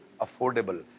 affordable